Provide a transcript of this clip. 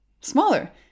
smaller